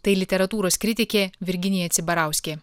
tai literatūros kritikė virginija cibarauskė